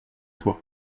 toi